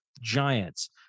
giants